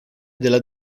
della